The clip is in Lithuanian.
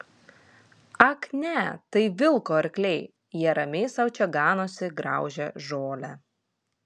ak ne tai vilko arkliai jie ramiai sau čia ganosi graužia žolę